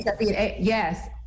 Yes